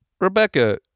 Rebecca